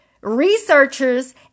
researchers